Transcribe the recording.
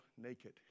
naked